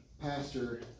Pastor